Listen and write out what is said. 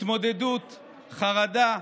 התמודדות, חרדה,